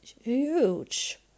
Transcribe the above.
huge